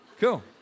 Cool